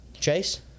Chase